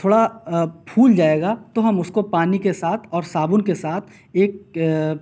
تھوڑا پھول جائے گا تو ہم اس کو پانی کے ساتھ اور صابن کے ساتھ ایک